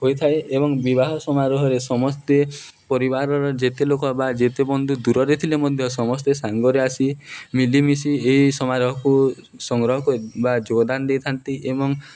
ହୋଇଥାଏ ଏବଂ ବିବାହ ସମାରୋହରେ ସମସ୍ତେ ପରିବାରର ଯେତେ ଲୋକ ବା ଯେତେ ବନ୍ଧୁ ଦୂରରେ ଥିଲେ ମଧ୍ୟ ସମସ୍ତେ ସାଙ୍ଗରେ ଆସି ମିଲିମିଶି ଏହି ସମାରୋହକୁ ସଂଗ୍ରହ କରି ବା ଯୋଗଦାନ ଦେଇଥାନ୍ତି ଏବଂ